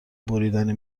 بریدن